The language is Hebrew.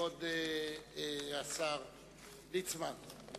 כבוד השר ליצמן,